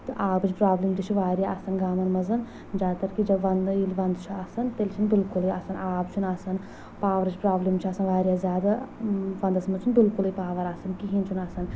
تہٕ آبٕچ پرابلم تہِ چھِ واریاہ آسان گامَن منٛز زیادٕ تر کہِ جب وندٕ ییٚلہِ وَنٛدٕ چھُ آسان تیٚلہِ چھُ نہٕ بِلکُلے آسان آب چھُ نہٕ آسان پاورٕچ پرابلم چھِ آسان واریاہ زیادٕ ونٛدَس منٛز چھُ نہٕ بِلکُلُے پاور آسان کہیٖنۍ چھُ نہٕ آسان